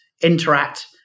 Interact